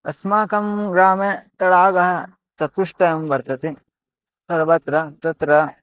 अस्माकं ग्रामे तडागः चतुष्टयं वर्तते सर्वत्र तत्र